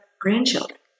grandchildren